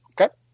Okay